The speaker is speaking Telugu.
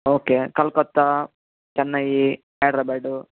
ఓకే కోల్కతా చెన్నై హైదరాబాదు